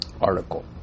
article